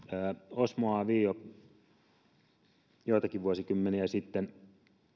osmo a wiio joitakin vuosikymmeniä sitten